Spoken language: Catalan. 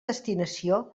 destinació